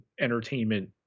entertainment